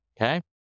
okay